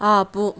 ఆపు